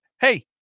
hey